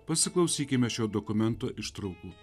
pasiklausykime šio dokumento ištraukų